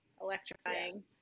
electrifying